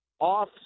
off